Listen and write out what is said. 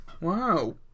Wow